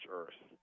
earth